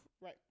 right